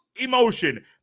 Emotion